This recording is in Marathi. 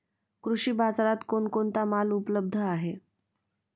कृषी बाजारात कोण कोणता माल उपलब्ध आहे?